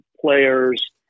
players